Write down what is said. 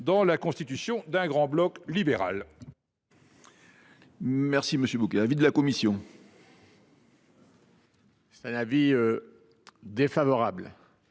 dans la constitution d’un grand bloc libéral.